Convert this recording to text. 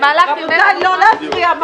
רבותיי, לא להפריע.